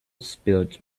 spilt